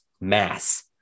mass